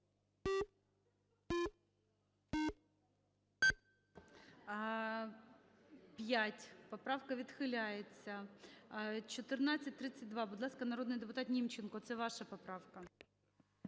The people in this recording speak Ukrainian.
За-5 Поправка відхиляється. 1432, будь ласка. Народний депутат Німченко, це ваша поправка.